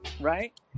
right